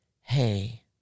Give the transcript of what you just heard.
hey